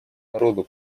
народу